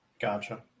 gotcha